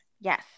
Yes